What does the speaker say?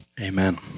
Amen